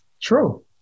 True